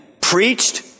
preached